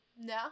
No